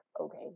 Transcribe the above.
okay